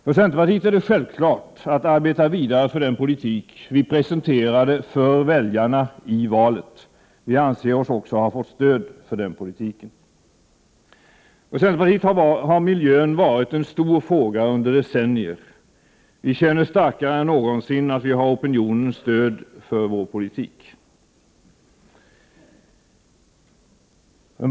För centerpartiet är det självklart att arbeta vidare för den politik som vi presenterade för väljarna i valet. Vi anser oss också ha fått stöd för den politiken. För centerpartiet har miljön varit en stor fråga under decennier. Vi känner starkare än någonsin att vi har opinionens stöd för vår politik.